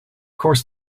course